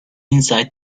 inside